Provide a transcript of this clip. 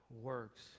works